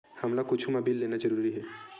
हमला कुछु मा बिल लेना जरूरी हे?